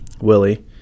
Willie